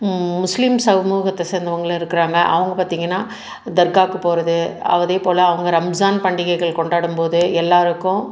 முஸ்லீம் சமூகத்தை சேர்ந்தவங்க இருக்குறாங்க அவங்க பார்த்திங்கனா தர்காவுக்கு போகிறது அதேப்போல் அவங்க ரம்ஜான் பண்டிகைகள் கொண்டாடும்போது எல்லாருக்கும்